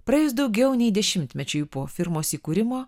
praėjus daugiau nei dešimtmečiui po firmos įkūrimo